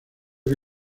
que